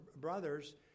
brothers